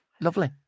lovely